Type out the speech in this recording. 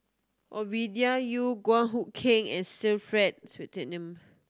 Ovidia Yu Hood Keng and Sir Frank